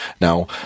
Now